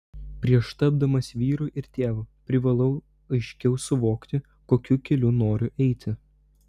prieš tapdamas vyru ir tėvu privalau aiškiau suvokti kokiu keliu noriu eiti